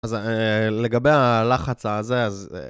אז לגבי הלחץ הזה, אז...